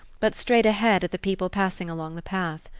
but straight ahead at the people passing along the path.